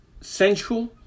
sensual